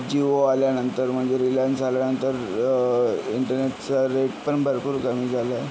जिओ आल्यानंतर म्हणजे रिलायन्स आल्यानंतर इंटरनेटचा रेट पण भरपूर कमी झाला आहे